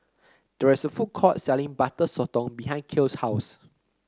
there is a food court selling Butter Sotong behind Kale's house